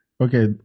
Okay